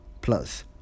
Plus